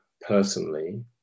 personally